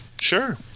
Sure